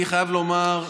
אני חייב לומר,